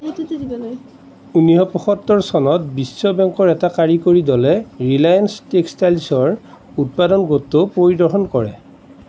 ঊনৈছশ পঁসত্তৰ চনত বিশ্ব বেংকৰ এটা কাৰিকৰী দলে 'ৰিলায়েন্স টেক্সটাইলছ'ৰ উৎপাদন গোটটো পৰিদৰ্শন কৰে